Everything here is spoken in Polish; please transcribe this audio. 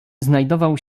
znajdował